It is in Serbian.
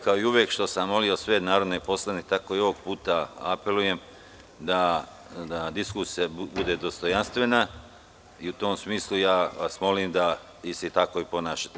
Kao i uvek što sam molio sve narodne poslanike, tako i ovog puta apelujem da diskusija bude dostojanstvena i u tom smislu vas molim da se i tako ponašate.